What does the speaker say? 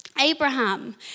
Abraham